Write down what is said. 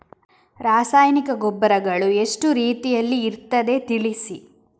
ರಾಸಾಯನಿಕ ಗೊಬ್ಬರಗಳು ಎಷ್ಟು ರೀತಿಯಲ್ಲಿ ಇರ್ತದೆ ತಿಳಿಸಿ?